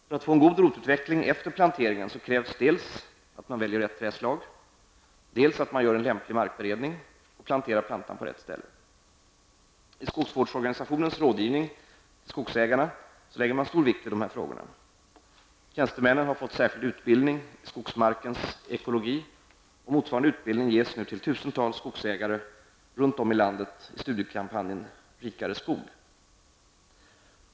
För att få en god rotutveckling efter planteringen krävs dels att man väljer rätt trädslag, dels att man gör en lämplig markberedning och planterar plantan på rätt ställe. I skogsvårdsorganisationens rådgivning till skogsägarna lägger man stor vikt vid dessa frågor. Tjänstemännen har fått särskild utbildning i skogsmarkens ekologi, och motsvarande utbildning ges nu till tusentals skogsägare runt om i landet i studiekampanjen ''Rikare skog''.